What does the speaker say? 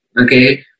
Okay